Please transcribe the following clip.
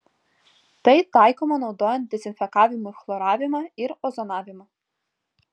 tai taikoma naudojant dezinfekavimui chloravimą ir ozonavimą